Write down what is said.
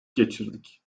geçirdik